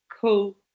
co